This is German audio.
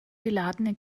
geladene